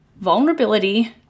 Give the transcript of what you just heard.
vulnerability